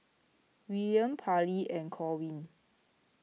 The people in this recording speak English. Willaim Parlee and Corwin